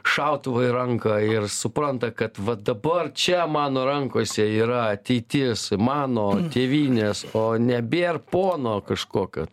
šautuvą į ranką ir supranta kad va dabar čia mano rankose yra ateitis mano tėvynės o nebėr pono kažkokio